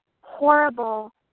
horrible